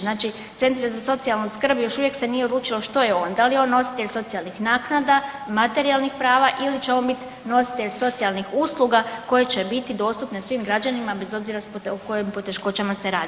Znači centri za socijalnu skrb još uvijek se nije odlučilo što je on, da li je on nositelj socijalnih naknada, materijalnih prava ili će on biti nositelj socijalnih usluga koje će biti dostupne svim građanima bez obzira o kojim poteškoćama se radi.